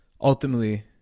Ultimately